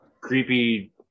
creepy